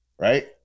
Right